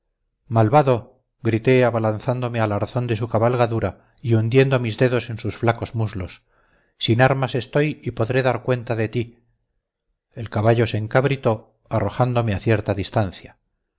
malvado grité abalanzándome al arzón de su cabalgadura y hundiendo mis dedos en sus flacos muslos sin armas estoy y podré dar cuenta de ti el caballo se encabritó arrojándome a cierta distancia